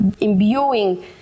imbuing